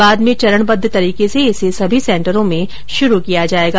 बाद में चरणबद्द तरीके से इसे सभी सेंटरों में शुरू किया जायेगा